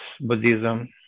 Buddhism